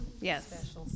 yes